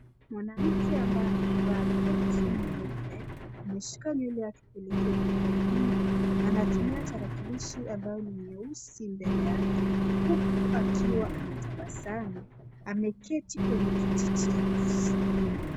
Mwanamke ambaye amevaa koti nyeupe ameshika nywele akipelekea upande wa nyuma. Anatumia tarakilishi ambayo ni nyeusi mbele yake huku akiwa ametabasamu ameketi kwenye kiti cheusi.